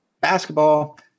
Basketball